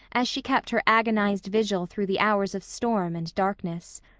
as she kept her agonized vigil through the hours of storm and darkness.